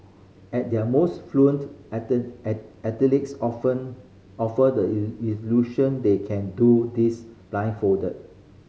at their most fluent athletes often offer the illusion they can do this blindfolded